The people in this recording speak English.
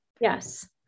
Yes